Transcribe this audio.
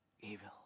evil